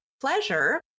pleasure